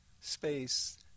space